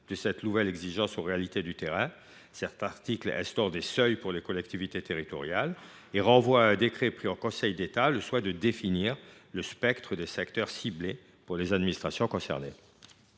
de cette nouvelle exigence, nous proposons d’instaurer des seuils pour les collectivités territoriales et de renvoyer à un décret pris en Conseil d’État le soin de définir le spectre des secteurs ciblés pour les administrations concernées.